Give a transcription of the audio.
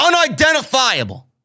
unidentifiable